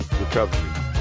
recovery